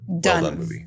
done